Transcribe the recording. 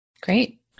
Great